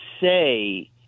say